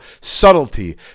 subtlety